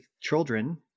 children